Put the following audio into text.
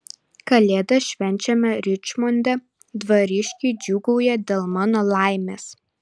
kalėdas švenčiame ričmonde dvariškiai džiūgauja dėl mano laimės